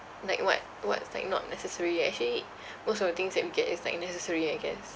like what what's like not necessary actually most of the things that we get is like necessary I guess